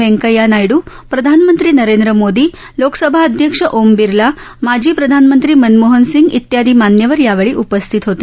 वेंकय्या नायडू प्रधानमंत्री नरेंद्र मोदी लोकसभा अध्यक्ष ओम बिरला माजी प्रधानमंत्री मनमोहन सिंग इत्यादी मान्यवर यावेळी उपस्थित होते